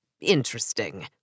interesting